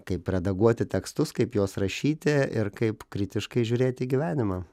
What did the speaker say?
kaip redaguoti tekstus kaip juos rašyti ir kaip kritiškai žiūrėti į gyvenimą